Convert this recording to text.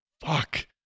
Fuck